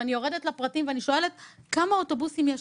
ואני יורדת לפרטים ואני שואלת: כמה אוטובוסים יש?